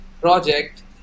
project